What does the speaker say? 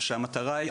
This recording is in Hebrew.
שמתמודדות שמטרה היא,